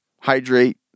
hydrate